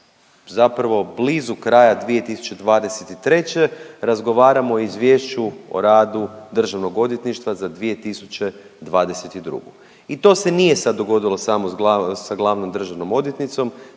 zapravo blizu kraja 2023. razgovaramo o Izvješću o radu Državnog odvjetništva za 2022. I to se nije sad dogodilo samo sa glavnom državnom odvjetnicom,